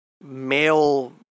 male